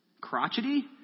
Crotchety